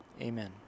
Amen